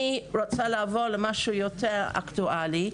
אני רוצה לעבור למשהו יותר אקטואלי,